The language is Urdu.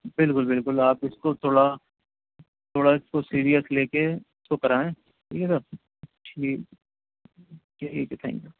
بالکل بالکل آپ اس کو تھوڑا تھوڑا اس کو سیریئس لے کے اس کو کرائیں ٹھیک ہے سر ٹھیک ٹھیک ہے تھینک یو